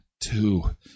two